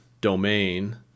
domain